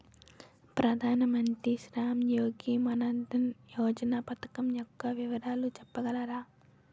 ప్రధాన మంత్రి శ్రమ్ యోగి మన్ధన్ యోజన పథకం యెక్క వివరాలు చెప్పగలరా?